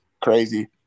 crazy